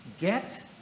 Get